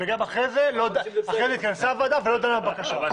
ואחרי זה התכנסה הוועדה ולא דנה בבקשה.